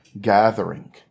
gathering